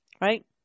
right